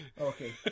Okay